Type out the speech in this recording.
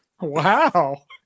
Wow